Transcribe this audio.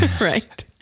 Right